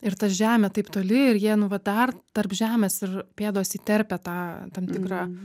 ir ta žemė taip toli ir jie nu va dar tarp žemės ir pėdos įterpia tą tam tikrą